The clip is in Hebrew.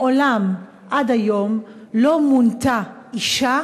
מעולם עד היום לא מונתה אישה